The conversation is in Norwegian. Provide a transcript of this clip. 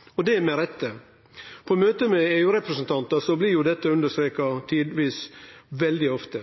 forvaltning, og det med rette. På møte med EU-representantar blir dette understreka tidvis veldig ofte.